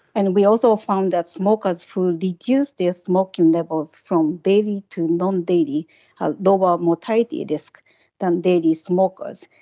and we also found that smokers who reduced their smoking levels from daily to non-daily have lower mortality risk than daily smokers,